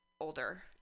Older